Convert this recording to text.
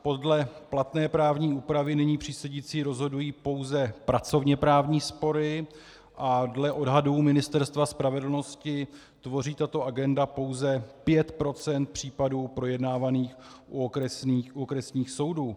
Podle platné právní úpravy nyní přísedící rozhodují pouze pracovněprávní spory a dle odhadů Ministerstva spravedlnosti tvoří tato agenda pouze pět procent případů projednávaných u okresních soudů.